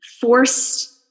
forced